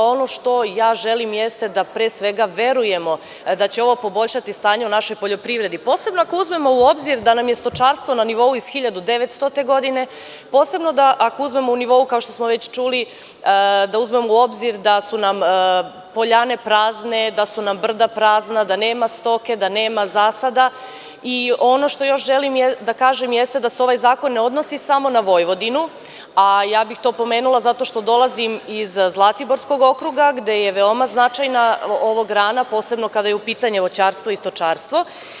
Ono što ja želim jeste da pre svega verujemo da će ovo poboljšati stanje u našoj poljoprivredi, posebno ako uzmemo u obzir da nam je stočarstvo na nivou iz 1900. godine, posebno da ako uzmemo u nivou, kao što smo već čuli, da uzmemo u obzir da su nam poljane prazne, da su nam brda prazna, da nema stoke, da nema zasada i ono što još želim da kažem jeste da se ovaj zakon ne odnosi samo na Vojvodinu, a ja bih to pomenula zato što dolazim iz Zlatiborskog okruga, gde je veoma značajna ova grana, posebno kada je u pitanju voćarstvo i stočarstvo.